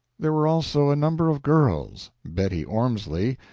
there were also a number of girls. bettie ormsley,